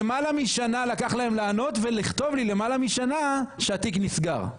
למעלה משנה לקח להם לענות ולכתוב לי אחרי למעלה משנה שהתיק נסגר.